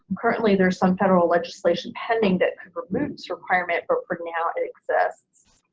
currently there's some federal legislation pending that removes requirement, but for now it exists.